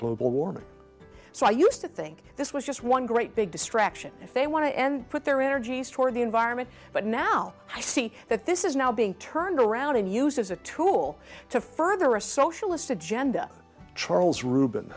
global warming so i used to think this was just one great big distraction if they want to and put their energies toward the environment but now i see that this is now being turned around to use as a tool to further a socialist agenda charles rub